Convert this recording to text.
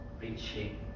reaching